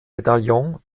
medaillon